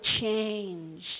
change